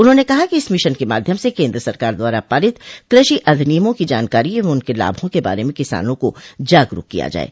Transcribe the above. उन्होंने कहा कि इस मिशन के माध्यम से केन्द्र सरकार द्वारा पारित कृषि अधिनियमों की जानकारी एवं उनके लाभ के बारे में किसानों को जागरूक किया जाये